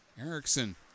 Erickson